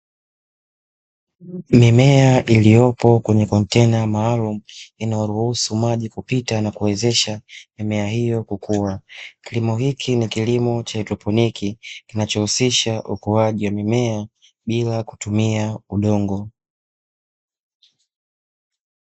Mimea iliyoko kwenye kontena maalumu, inaloruhusu maji kupita na kuwezesha mimea hiyo kukua , kilimo hichi ni kilimo cha hydroponi kinachohususha ukuaji wa mimea bila kutumia udongo .